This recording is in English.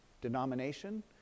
denomination